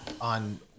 on